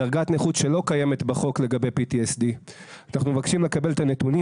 דרגת נכות שלא קיימת בחוק לגבי PTSD. אנחנו מבקשים לקבל את הנתונים,